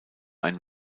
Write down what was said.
ein